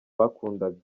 bakundaga